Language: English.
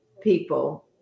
people